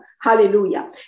hallelujah